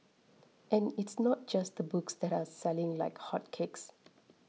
and it's not just the books that are selling like hotcakes